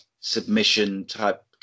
submission-type